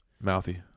Mouthy